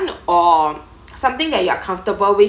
or something that you are comfortable with